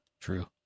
True